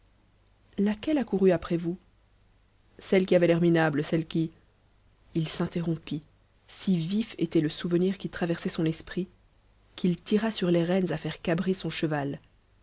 laquelle a couru après vous celle qui avait l'air minable celle qui il s'interrompit si vif était le souvenir qui traversait son esprit qu'il tira sur les rênes à faire cabrer son cheval